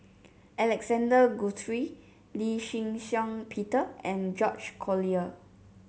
Alexander Guthrie Lee Shih Shiong Peter and George Collyer